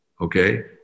Okay